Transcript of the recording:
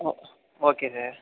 O okay sir